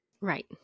Right